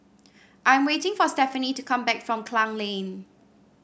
I am waiting for Stephaine to come back from Klang Lane